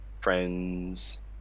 friends